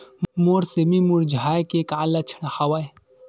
मोर सेमी मुरझाये के का लक्षण हवय?